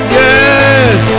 yes